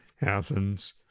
Athens